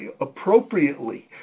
appropriately